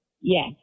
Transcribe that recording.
Yes